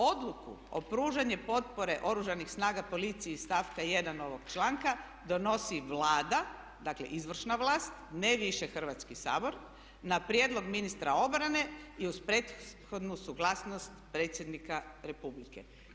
Odluku o pružanju potpore Oružanih snaga policiji iz stavka 1. ovoga članka donosi Vlada, dakle izvršna vlast, ne više Hrvatski sabor, na prijedlog ministra obrane i uz prethodnu suglasnost predsjednika Republike.